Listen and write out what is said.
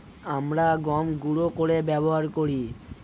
আমরা গম গুঁড়ো করে ব্যবহার করি